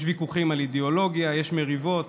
יש ויכוחים על אידיאולוגיה, יש מריבות,